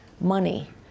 Money